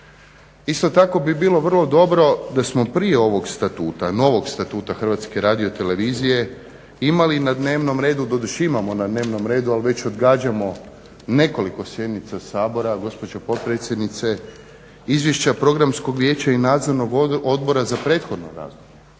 Isto tako bi bilo vrlo dobro da smo prije ovog statuta, novog statuta HRT imali na dnevnom redu, doduše imamo na dnevnom redu ali već odgađamo nekoliko sjednica Sabora gospođo potpredsjednice izvješće programskog vijeća i nadzornog odbora za prethodno razdoblje.